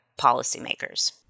policymakers